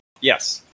yes